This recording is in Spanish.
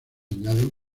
añaden